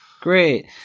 great